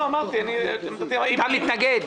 אמרתי -- אתה מתנגד?